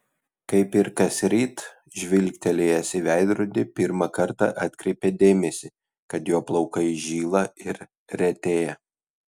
kaip ir kasryt žvilgtelėjęs į veidrodį pirmą kartą atkreipė dėmesį kad jo plaukai žyla ir retėja